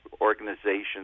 organizations